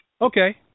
Okay